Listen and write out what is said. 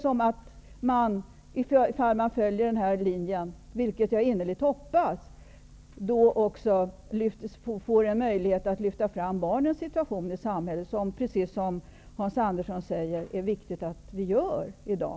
Om man följer denna linje, vilket jag innerligt hoppas, kan man lyfta fram barnens situation i samhället. Det är, precis som Hans Andersson säger, viktigt att vi gör det i dag.